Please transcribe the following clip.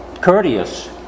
courteous